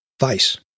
vice